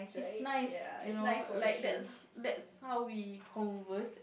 it's nice you know like that's that's how we converse